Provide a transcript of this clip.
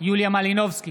יוליה מלינובסקי,